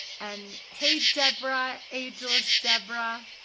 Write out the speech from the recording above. and hey debra, ageless debra.